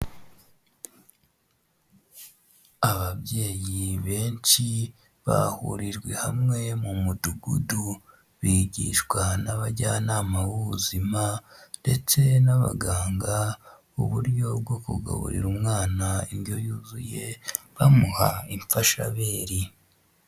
Ababyeyi benshi bahurijwe hamwe mu mudugudu bigishwa n'abajyanama b'ubuzima ndetse n'abaganga uburyo bwo kugaburira umwana indyo yuzuye bamuha imfashabere.